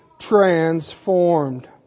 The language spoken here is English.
transformed